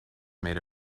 made